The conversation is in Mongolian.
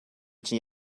чинь